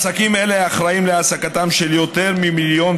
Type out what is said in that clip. עסקים אלה אחראים להעסקתם של יותר ממיליון